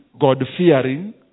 God-fearing